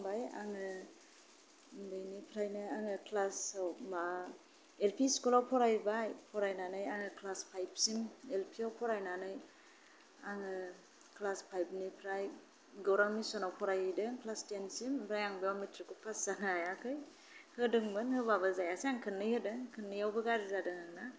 खुलुमबाय उनदैनिफ्रायनो L P स्कुलाव फरायबाय आङो क्लास फाइभसिम एल पि आवनो फरायनानै आङो क्लास फाइभनिफ्राय गौरां मिसनाव फराय हैदों ओमफ्राय आं बाव मिट्रिकखौ फास जानो हायाखै होदोंमोन होबाबो जायासै आं खोननै होदों खोननै आवबो गाज्रि जादों आंना